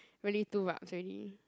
really too rabz ready